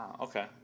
Okay